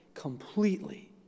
completely